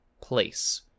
place